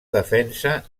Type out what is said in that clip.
defensa